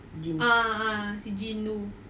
jean